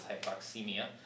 hypoxemia